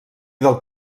del